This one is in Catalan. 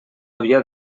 havia